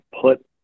put